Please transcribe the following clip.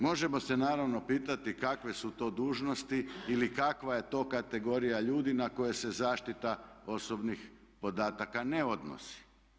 Možemo se naravno pitati kakve su to dužnosti ili kakva je to kategorija ljudi na koje se zaštita osobnih podataka ne odnosi.